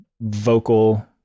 vocal